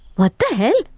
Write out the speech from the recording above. what the hell?